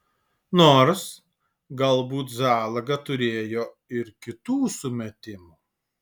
nors galbūt zalaga turėjo ir kitų sumetimų